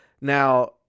now